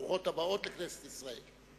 ברוכות הבאות לכנסת ישראל.